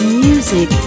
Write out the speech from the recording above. music